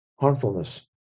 harmfulness